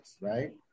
right